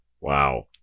Wow